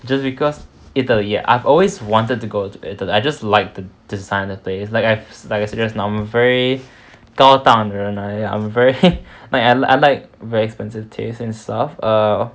just because italy I've always wanted to go to italy I just like the design of the place like I said just now I'm a very 高档的人 I'm a very like I like very expensive taste and stuff err